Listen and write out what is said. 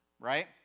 right